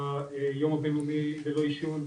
ביום הבינלאומי ללא עישון,